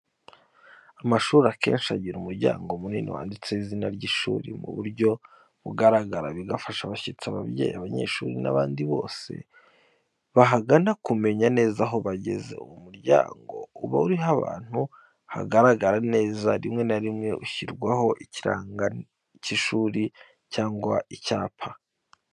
Amashuri akenshi agira umuryango munini wanditseho izina ry'ishuri mu buryo bugaragara. Bigafasha abashyitsi, ababyeyi, abanyeshuri n'abandi bose bahagana kumenya neza aho bageze. Uwo muryango uba uri ahantu hagaragara neza, rimwe na rimwe ushyirwaho ikirango cy’ishuri cyangwa icyapa.